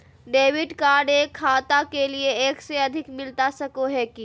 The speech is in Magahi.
डेबिट कार्ड एक खाता के लिए एक से अधिक मिलता सको है की?